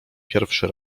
pierwszy